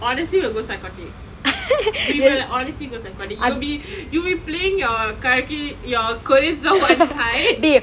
obviously we will go psychotic we will obviously go psychotic you'll be playing your karaoke your korean songs one side